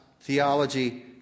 theology